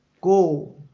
go